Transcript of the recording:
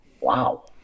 Wow